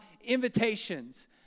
invitations